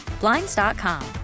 Blinds.com